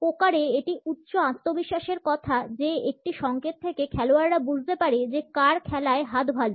পোকারে এটি উচ্চ আত্মবিশ্বাসের কথা যে একটি সংকেত থেকে খেলোয়াররা বুঝতে পারে যে কার খেলায় হাত ভালো